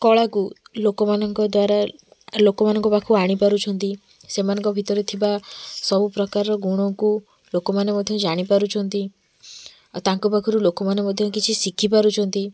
କଳାକୁ ଲୋକମାନଙ୍କ ଦ୍ୱାରା ଲୋକମାନଙ୍କ ପାଖକୁ ଆଣିପାରୁଛନ୍ତି ସେମାନଙ୍କ ଭିତରେ ଥିବା ସବୁପ୍ରକାରର ଗୁଣକୁ ଲୋକମାନେ ମଧ୍ୟ ଜାଣିପାରୁଛନ୍ତି ଆଉ ତାଙ୍କ ପାଖରୁ ଲୋକମାନେ ମଧ୍ୟ କିଛି ଶିଖିପାରୁଛନ୍ତି